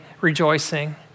rejoicing